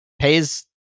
pays